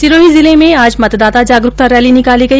सिरोही जिले में आज मतदाता जागरूकता रैली निकाली गई